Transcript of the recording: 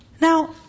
Now